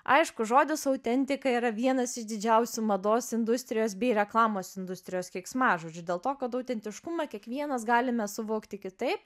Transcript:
aišku žodis autentika yra vienas iš didžiausių mados industrijos bei reklamos industrijos keiksmažodžių dėl to kad autentiškumą kiekvienas galime suvokti kitaip